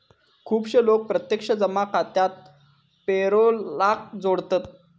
खुपशे लोक प्रत्यक्ष जमा खात्याक पेरोलाक जोडतत